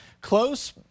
close